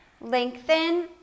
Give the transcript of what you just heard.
Lengthen